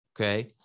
okay